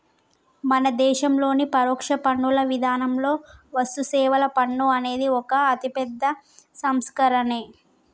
మన దేశంలోని పరోక్ష పన్నుల విధానంలో వస్తుసేవల పన్ను అనేది ఒక అతిపెద్ద సంస్కరనే